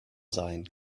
sein